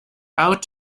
out